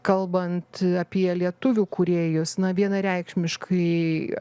kalbant apie lietuvių kūrėjus na vienareikšmiškai